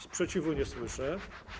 Sprzeciwu nie słyszę.